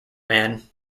man